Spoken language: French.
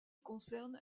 concerne